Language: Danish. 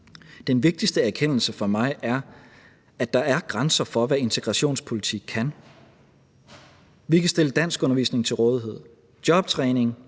Den vigtigste erkendelse for mig er, at der er grænser for, hvad integrationspolitik kan. Vi kan stille danskundervisning til rådighed, jobtræning,